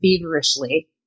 feverishly